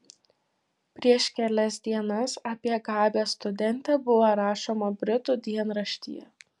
prieš kelias dienas apie gabią studentę buvo rašoma britų dienraštyje